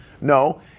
No